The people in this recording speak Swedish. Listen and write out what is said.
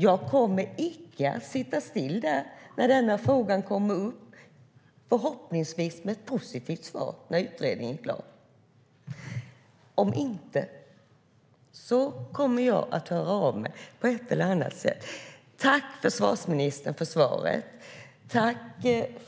Jag kommer inte att sitta still där när denna fråga kommer upp, förhoppningsvis med ett positivt svar när utredningen är klar. Om inte kommer jag att höra av mig på ett eller annat sätt. Tack, försvarsministern, för svaret! Tack,